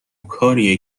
کاریه